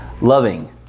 loving